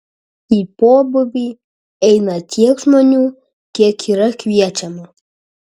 į pobūvį eina tiek žmonių kiek yra kviečiama